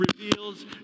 reveals